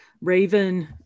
Raven